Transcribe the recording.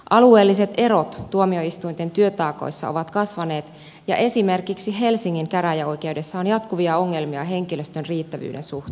alueelliset erot tuomioistuinten työtaakoissa ovat kasvaneet ja esimerkiksi helsingin käräjäoikeudessa on jatkuvia ongelmia henkilöstön riittävyyden suhteen